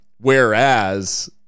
whereas